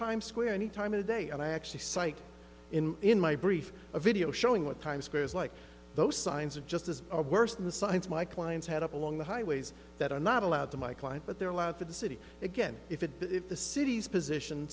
times square any time of the day and i actually sight in in my brief a video showing what times square's like those signs of justice are worse than the signs my clients had up along the highways that are not allowed to my client but they're allowed to the city again if it but if the city's position